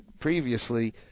previously